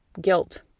guilt